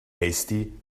hasty